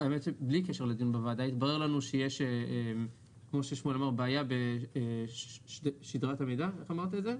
בלי קשר לדיון בוועדה התברר לנו שיש בעיה בשדירת המידע כן?